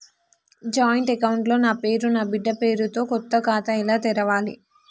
Joint account లో నా పేరు నా బిడ్డే పేరు తో కొత్త ఖాతా ఎలా తెరవాలి?